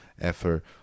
effort